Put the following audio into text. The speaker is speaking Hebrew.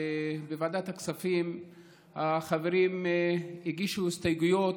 ובוועדת הכספים החברים הגישו הסתייגויות,